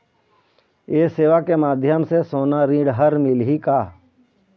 ये सेवा के माध्यम से सोना ऋण हर मिलही का?